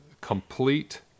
complete